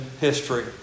history